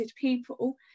people